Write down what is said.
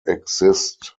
exist